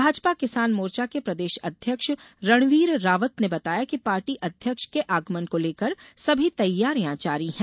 भाजपा किसान मोर्चा के प्रदेश अध्यक्ष रणवीर रावत ने बताया कि पार्टी अध्यक्ष के आगमन को लेकर सभी तैयारियां जारी है